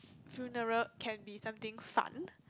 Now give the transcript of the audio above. funeral can be something fun